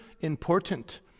important